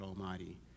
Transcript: Almighty